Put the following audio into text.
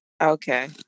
Okay